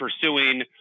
pursuing